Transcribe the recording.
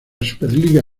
superliga